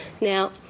Now